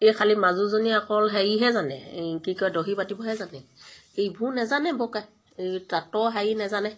এই খালী মাজুজনীয়ে অকল হেৰিহে জানে কি কয় দহি বাতিবহে জানে এইবোৰ নাজানে বৰকৈ এই তাঁতৰ হেৰি নাজানে